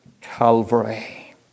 Calvary